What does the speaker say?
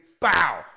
bow